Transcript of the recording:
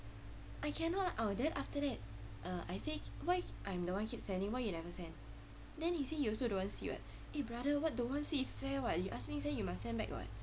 I cannot oh then after that uh I say why I'm the one keep sending why you never send then he say you also don't want to see [what] eh brother [what] don't want to see fair [what] you ask me send you must send back [what]